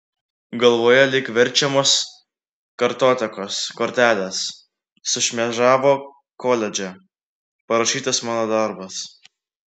galvoje lyg verčiamos kartotekos kortelės sušmėžavo koledže parašytas mano darbas